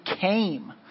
came